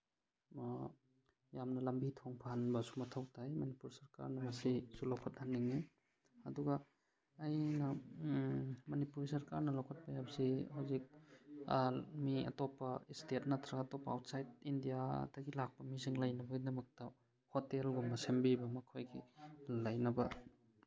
ꯌꯥꯝꯅ ꯂꯝꯕꯤ ꯊꯣꯡ ꯐꯍꯟꯕ ꯁꯨꯃꯥꯏꯅ ꯃꯊꯧ ꯇꯥꯏ ꯃꯅꯤꯄꯨꯔ ꯁꯔꯀꯥꯔꯅ ꯃꯁꯤꯁꯨ ꯂꯧꯈꯠꯍꯟꯅꯤꯡꯉꯤ ꯑꯗꯨꯒ ꯑꯩꯅ ꯃꯅꯤꯄꯨꯔ ꯁꯔꯀꯥꯔꯅ ꯂꯧꯈꯠꯄ ꯌꯥꯕꯁꯤ ꯑꯩꯈꯣꯏ ꯍꯧꯖꯤꯛ ꯃꯤ ꯑꯇꯣꯞꯄ ꯏꯁꯇꯦꯠ ꯅꯠꯇ꯭ꯔꯒ ꯑꯇꯣꯞꯄ ꯑꯥꯎꯠꯁꯥꯏꯠ ꯏꯟꯗꯤꯌꯥꯗꯒꯤ ꯂꯥꯛꯄ ꯃꯤꯁꯤꯡ ꯂꯩꯅꯕꯒꯤꯗꯃꯛꯇ ꯍꯣꯇꯦꯜꯒꯨꯝꯕ ꯁꯦꯝꯕꯤꯕ ꯃꯈꯣꯏꯒꯤ ꯂꯩꯅꯕ